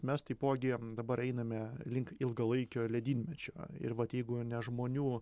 mes taipogi dabar einame link ilgalaikio ledynmečio ir vat jeigu ne žmonių